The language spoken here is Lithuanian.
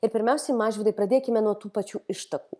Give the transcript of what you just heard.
ir pirmiausiai mažvydai pradėkime nuo tų pačių ištakų